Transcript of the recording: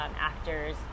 actors